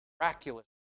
miraculous